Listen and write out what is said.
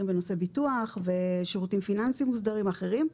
בנושא ביטוח ושירותים פיננסיים מוסדרים אחרים,